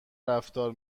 رفتار